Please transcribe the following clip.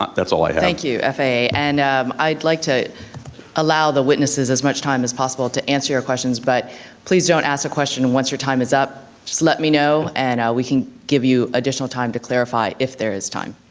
that's all i have. thank you, faa. and um i'd like to allow the witnesses as much time as possible to answer your questions, but please don't ask a question once your time is up. just let me know and we can give you additional time to clarify if there is time.